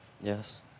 Yes